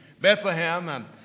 Bethlehem